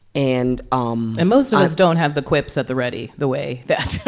and. um and most of us don't have the quips at the ready the way that.